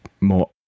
more